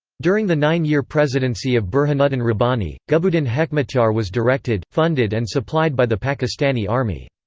during the nine year presidency of burhanuddin rabani, gulbuddin hekmatyar was directed, funded and supplied by the pakistani army.